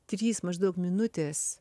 trys maždaug minutės